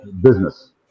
business